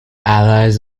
allies